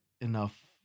enough